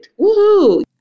Woohoo